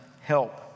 help